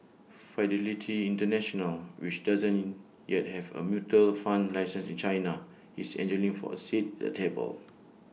fidelity International which doesn't yet have A mutual fund license in China is angling for A seat at the table